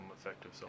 effective